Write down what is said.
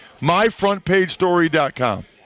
Myfrontpagestory.com